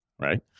right